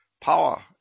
Power